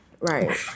Right